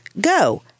go